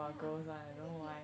yeah exactly